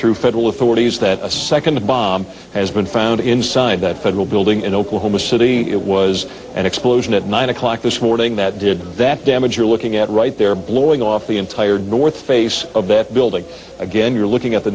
through federal authorities that a second bomb has been found inside that federal building in oklahoma city it was an explosion at nine o'clock this morning that did that damage you're looking at right there blowing off the entire north face of that building again you're looking at the